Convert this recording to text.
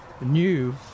new